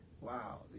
wow